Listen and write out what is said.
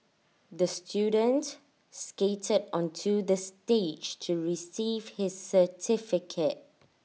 the student skated onto the stage to receive his certificate